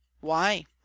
Why